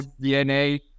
DNA